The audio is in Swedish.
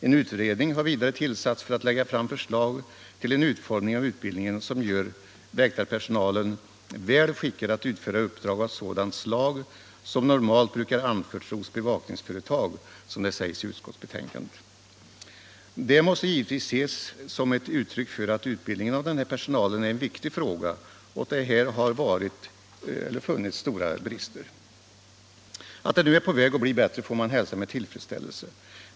En utredning har vidare tillsatts för att lägga fram förslag till en utformning av utbildningen som gör väktarpersonalen ”väl skickad att utföra uppdrag av sådant slag som normalt brukar anförtros bevakningsföretag”, såsom det sägs i utskottsbetänkandet. Detta måste givetvis ses som ett uttryck för att utbildningen av denna personal är en viktig fråga och att det här har funnits stora brister. Att det nu är på väg att bli bättre får man hälsa med tillfredsställelse.